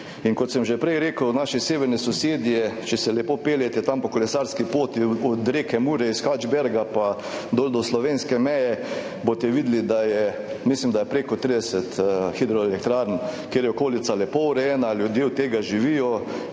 Kot sem že prej rekel, naši severni sosedje, če se lepo peljete tam po kolesarski poti od reke Mure, iz Katschberga dol do slovenske meje, boste videli, da je prek 30 hidroelektrarn, kjer je okolica lepo urejena, ljudje živijo